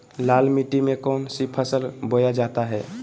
लाल मिट्टी में कौन सी फसल बोया जाता हैं?